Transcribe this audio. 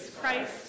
Christ